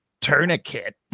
tourniquet